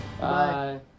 Bye